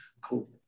Cool